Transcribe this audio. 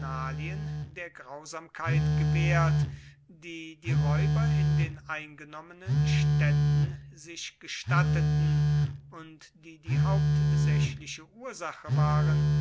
der grausamkeit gewehrt die die räuber in den eingenommenen städten sich gestatteten und die die hauptsächliche ursache waren